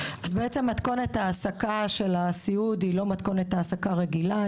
מתכונת ההעסקה של הסיעוד היא לא מתכונת העסקה רגילה;